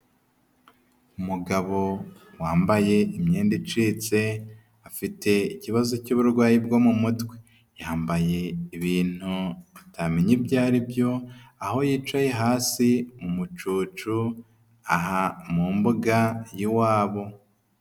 Umugabo wambaye imyenda icitse afite ikibazo cy'uburwayi bwo mu mutwe yambaye ibintu atamenya ibyo aribyo aho yicaye hasi umucucu aha mu mbuga y'iwabo.